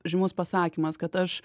žymus pasakymas kad aš